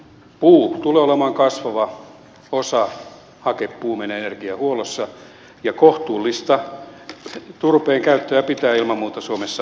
puu hakepuu tulee olemaan kasvava osa meidän energiahuollossa ja kohtuullista turpeenkäyttöä pitää ilman muuta suomessa harjoittaa